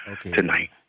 tonight